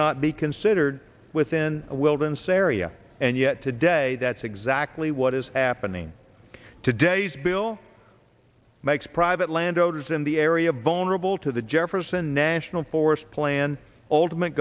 not be considered within a wilderness area and yet today that's exactly what is happening today's bill makes private land owners in the area vulnerable to the jefferson national forest plan ultimate